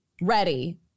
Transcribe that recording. Ready